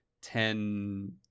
ten